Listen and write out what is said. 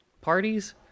parties